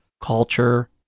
culture